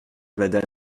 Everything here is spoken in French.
madame